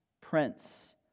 Prince